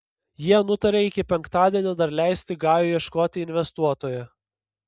jie nutarė iki penktadienio dar leisti gajui ieškoti investuotojo